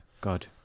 God